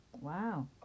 Wow